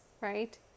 right